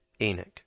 Enoch